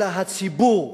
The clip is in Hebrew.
אלא הציבור,